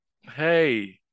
Hey